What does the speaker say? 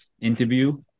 interview